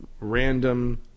random